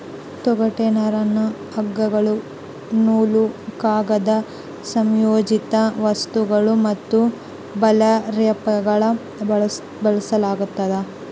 ತೊಗಟೆ ನರನ್ನ ಹಗ್ಗಗಳು ನೂಲು ಕಾಗದ ಸಂಯೋಜಿತ ವಸ್ತುಗಳು ಮತ್ತು ಬರ್ಲ್ಯಾಪ್ಗಳಲ್ಲಿ ಬಳಸಲಾಗ್ತದ